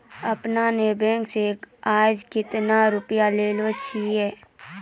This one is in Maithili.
आपने ने बैंक से आजे कतो रुपिया लेने छियि?